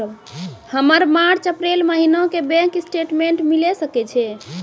हमर मार्च अप्रैल महीना के बैंक स्टेटमेंट मिले सकय छै?